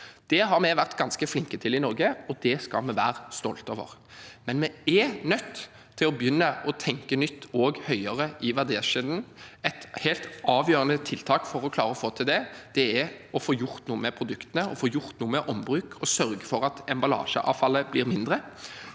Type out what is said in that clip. Det har vi vært ganske flinke til i Norge, og det skal vi være stolt over, men vi er nødt til å begynne å tenke nytt også høyere i verdikjeden. Et helt avgjørende tiltak for å klare å få til det, er å få gjort noe med produktene, få gjort noe med ombruk og sørge for at emballasjeavfallet blir mindre.